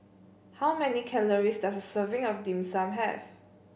how many calories does a serving of Dim Sum have